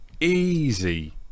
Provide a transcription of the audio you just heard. Easy